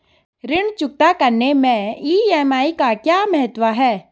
ऋण चुकता करने मैं ई.एम.आई का क्या महत्व है?